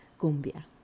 cumbia